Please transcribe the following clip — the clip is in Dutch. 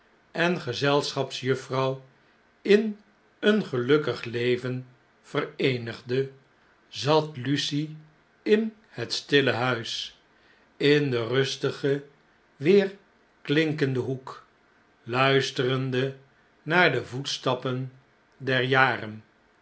en gezelschapsjuffrouw in een gelukkig leven vereenigde zat lucie in het stille huis in den weergalmende voetstappen rustigen weerklinkenden hoek luisterende naar de voetstappen der jaren